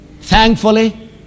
thankfully